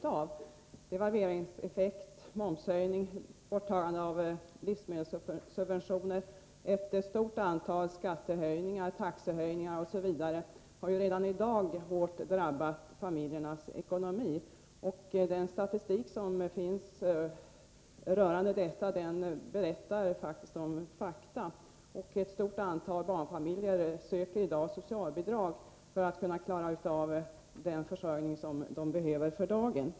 Negativa devalveringseffekter, momshöjningen, borttagandet av livsmedelssubventioner samt ett stort antal skatteoch taxehöjningar har redan i dag hårt drabbat familjernas ekonomi. Den statistik som finns rörande detta redovisar faktiskt sådana fakta. Ett stort antal barnfamiljer söker i dag socialbidrag för att klara försörjningen för dagen.